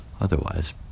Otherwise